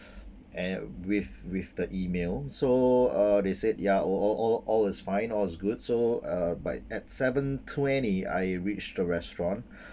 and with with the email so uh they said ya all all all all is fine all is good so uh by at seven twenty I reach the restaurant